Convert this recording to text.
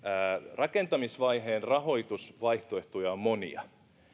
rakentamisvaiheen rahoitusvaihtoehtoja on monia